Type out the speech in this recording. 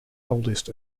oldest